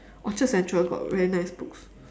orchard central got very nice books